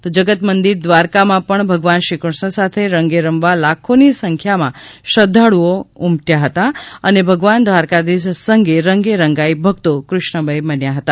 તો જગતમંદિર દ્વારાકામાં પણ ભગવાન શ્રીકૃષ્ણ સાથે રંગે રમવા લાખોની સંખ્યામાં શ્રધ્ધાળુઓ આવ્યા હતા અને ભગવાન દ્વારકાધીશ સંગે રંગે રંગાઇ ભકતો કૃષ્ણમય બન્યા હતા